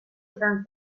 izan